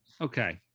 Okay